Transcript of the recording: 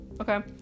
Okay